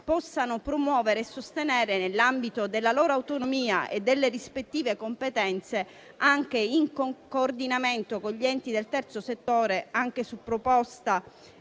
possano promuovere e sostenere, nell'ambito della loro autonomia e delle rispettive competenze, anche in coordinamento con gli enti del terzo settore e con